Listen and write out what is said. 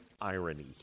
irony